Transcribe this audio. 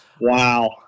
Wow